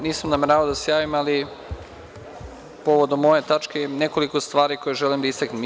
Nisam nameravao da se javim, ali, povodom ove tačke ima nekoliko stvari koje želim da istaknem.